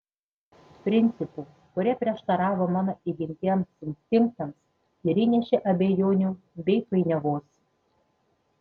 principų kurie prieštaravo mano įgimtiems instinktams ir įnešė abejonių bei painiavos